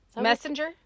Messenger